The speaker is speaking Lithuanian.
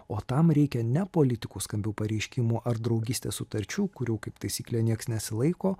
o tam reikia ne politikų skambių pareiškimų ar draugystės sutarčių kurių kaip taisyklė nieks nesilaiko